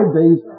days